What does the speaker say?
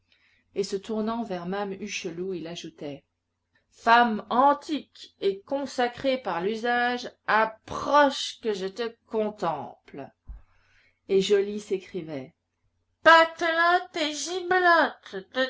et se tournant vers mame hucheloup il ajoutait femme antique et consacrée par l'usage approche que je te contemple et joly s'écriait batelote et gibelotte